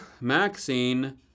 Maxine